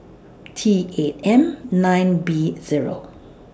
T eight M nine B Zero